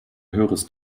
höheres